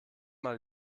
mal